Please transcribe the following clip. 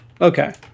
Okay